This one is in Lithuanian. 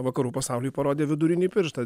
vakarų pasauliui parodė vidurinį pirštą